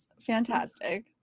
fantastic